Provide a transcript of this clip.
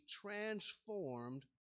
transformed